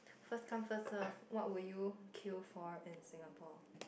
first come first serve what would you queue for in Singapore